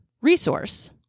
resource